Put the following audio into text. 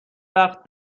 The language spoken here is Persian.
وقت